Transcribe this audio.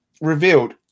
revealed